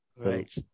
right